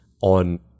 on